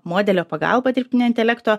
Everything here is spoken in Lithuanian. modelio pagalba dirbtinio intelekto